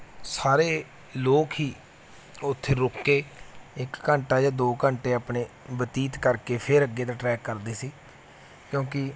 ਸਾਰੇ ਲੋਕ ਹੀ ਉੱਥੇ ਰੁਕ ਕੇ ਇੱਕ ਘੰਟਾ ਜਾਂ ਦੋ ਘੰਟੇ ਆਪਣੇ ਬਤੀਤ ਕਰਕੇ ਫੇਰ ਅੱਗੇ ਦਾ ਟਰੈਕ ਕਰਦੇ ਸੀ ਕਿਉਂਕਿ